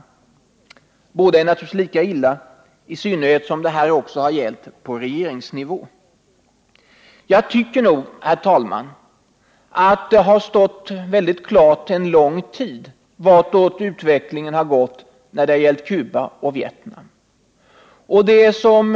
I båda fallen är det naturligtvis lika illa, i synnerhet som det här också har gällt på regeringsnivå. Jag tycker nog, herr talman, att det har stått väldigt klart en lång tid vartåt utvecklingen har gått när det gäller Cuba och Vietnam.